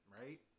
right